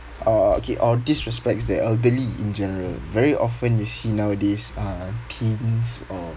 uh okay or disrespects the elderly in general very often you see nowadays uh teens or